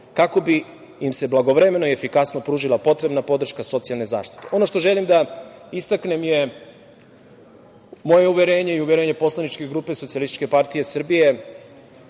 kako bi im se blagovremeno efikasno pružila podrška socijalne zaštite. Ono što želim da istaknem je moje uverenje i uverenje poslaničke grupe SPS da će Srbija